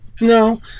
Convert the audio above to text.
no